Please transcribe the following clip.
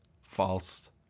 False